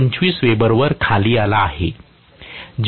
25 वेबरवर खाली आला आहे